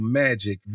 magic